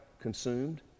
consumed